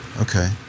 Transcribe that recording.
Okay